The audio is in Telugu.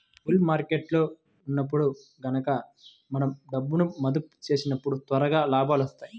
బుల్ మార్కెట్టులో ఉన్నప్పుడు గనక మనం డబ్బును మదుపు చేసినప్పుడు త్వరగా లాభాలొత్తాయి